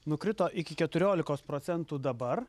nukrito iki keturiolikos procentų dabar